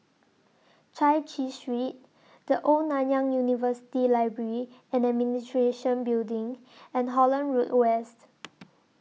Chai Chee Street The Old Nanyang University Library and Administration Building and Holland Road West